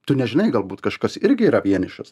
tu nežinai galbūt kažkas irgi yra vienišas